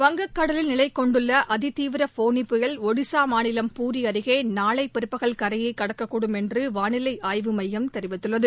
வங்க்க கடலில் நிலைக்கொண்டுள்ள அதிதீவிர ஃபோனி புயல் ஒடிசா மாநிலம் பூரி அருகே நாளை பிற்பகல் கரையை கடக்கக் கூடும் என்று வானிலை ஆய்வு மையம் தெரிவித்துள்ளது